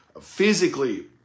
physically